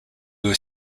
was